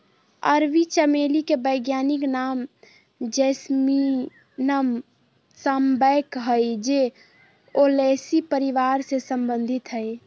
अरबी चमेली के वैज्ञानिक नाम जैस्मीनम सांबैक हइ जे ओलेसी परिवार से संबंधित हइ